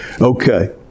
Okay